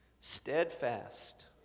steadfast